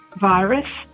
virus